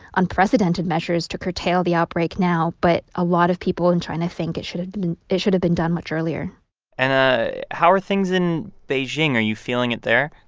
unprecedented measures to curtail the outbreak now, but a lot of people in china think it should've it should've been done much earlier and how are things in beijing? are you feeling it there?